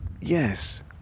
yes